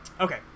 Okay